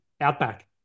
outback